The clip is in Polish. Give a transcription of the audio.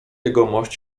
jegomość